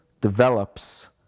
develops